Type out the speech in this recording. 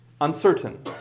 uncertain